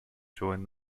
join